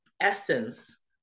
essence